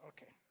Okay